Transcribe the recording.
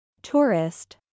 Tourist